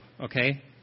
okay